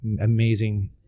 amazing